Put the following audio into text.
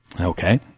Okay